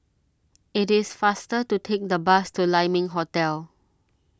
it is faster to take the bus to Lai Ming Hotel